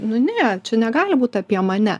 nu ne čia negali būt apie mane